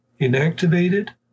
inactivated